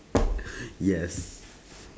yes